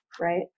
right